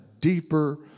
deeper